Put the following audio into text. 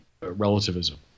relativism